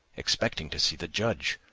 expecting to see the judge,